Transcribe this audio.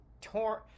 torn